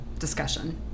discussion